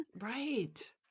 right